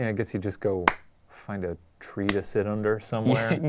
yeah, i guess you just go find a tree to sit under somewhere. yeah,